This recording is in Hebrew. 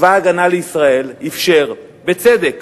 שצבא-הגנה לישראל אפשר, בצדק,